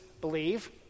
believe